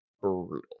brutal